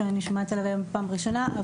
אני שומעת עליו היום בפעם הראשונה.